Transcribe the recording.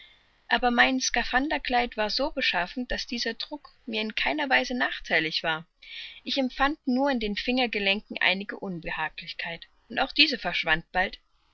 aber mein skaphanderkleid war so beschaffen daß dieser druck mir in keiner weise nachtheilig war ich empfand nur in den fingergelenken einige unbehaglichkeit und auch diese verschwand bald